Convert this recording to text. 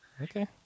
Okay